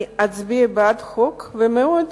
אני אצביע בעד החוק, ואני מאוד